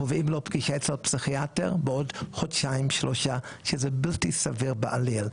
קובעים לו פגישה אצל הפסיכיאטר בעוד חודשיים-שלושה שזה בלתי סביר בעליל.